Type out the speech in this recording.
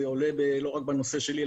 זה עולה לא רק בנושא שלי,